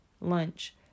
Lunch